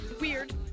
weird